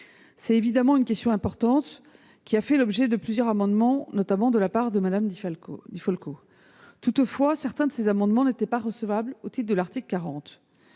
s'agit d'une question importante qui a fait l'objet de plusieurs amendements, notamment de la part de Mme Di Folco. Toutefois, certains de ces amendements n'étaient pas recevables au titre de l'article 40